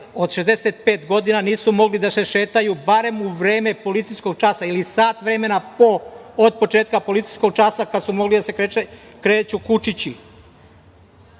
od 65 godina nisu mogli da se šetaju barem u vreme policijskog časa ili sat vremena od početka policijskog časa, kad su mogli da se kreću kučići? Zašto